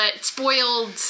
spoiled